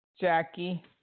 Jackie